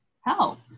help